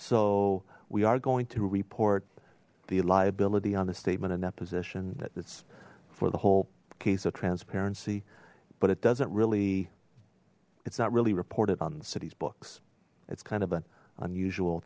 so we are going to report the liability on the statement in that position that it's for the whole keys of transparency but it doesn't really it's not really reported on the city's books it's kind of an unusual